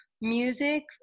music